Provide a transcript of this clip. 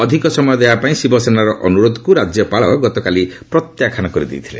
ଅଧିକ ସମୟ ଦେବା ପାଇଁ ଶିବସେନାର ଅନୁରୋଧକୁ ରାଜ୍ୟପାଳ ଗତକାଲି ପ୍ରତ୍ୟାଖ୍ୟାନ କରିଥିଲେ